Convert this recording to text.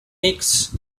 mix